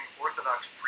Orthodox